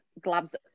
gloves